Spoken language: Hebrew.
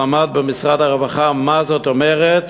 שלמד במשרד הרווחה מה זאת אומרת